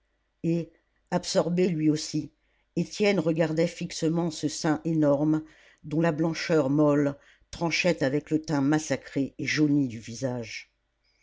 et absorbé lui aussi étienne regardait fixement ce sein énorme dont la blancheur molle tranchait avec le teint massacré et jauni du visage